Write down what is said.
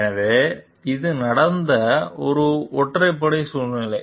எனவே இது நடந்த ஒரு ஒற்றைப்படை சூழ்நிலை